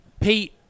Pete